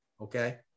Okay